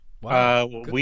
Wow